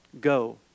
Go